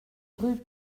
rue